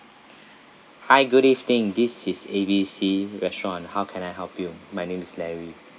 hi good evening this is A_B_C restaurant how can I help you my name is larry